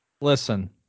Listen